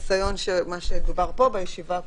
מה שדובר פה בישיבה הקודמת,